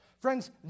Friends